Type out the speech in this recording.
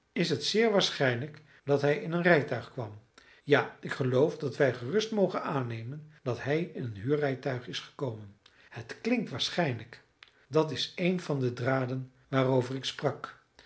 is het zeer waarschijnlijk dat hij in een rijtuig kwam ja ik geloof dat wij gerust mogen aannemen dat hij in een huurrijtuig is gekomen het klinkt waarschijnlijk dat is een van de draden waarover ik sprak